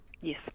Yes